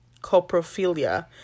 coprophilia